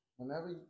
Whenever